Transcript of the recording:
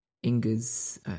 Inga's